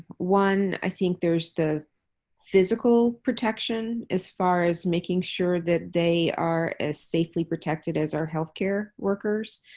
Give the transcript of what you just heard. one, i think there's the physical protection as far as making sure that they are as safely protected as our health care workers.